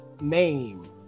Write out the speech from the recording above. name